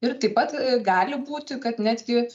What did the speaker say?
ir taip pat gali būti kad netgi